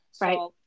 Right